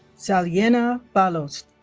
saliena balos